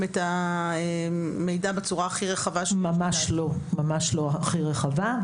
את המידע בצורה הכי רחבה --- ממש לא הכי רחבה.